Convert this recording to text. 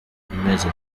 amezi